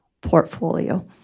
portfolio